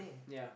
ya